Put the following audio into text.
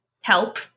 Help